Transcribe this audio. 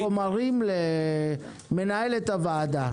נהוג לשלוח חומרים למנהלת הוועדה.